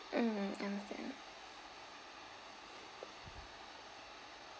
mm understand